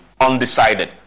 undecided